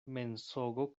mensogo